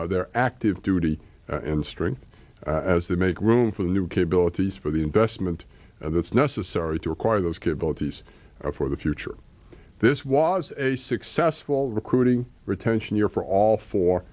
k their active duty and strength as they make room for the new capabilities for the investment and that's necessary to acquire those capabilities for the future this was a successful recruiting retention year for all fo